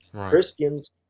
Christians